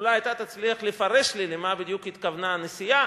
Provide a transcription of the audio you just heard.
אולי אתה תצליח לפרש לי למה בדיוק התכוונה הנשיאה.